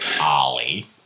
Ollie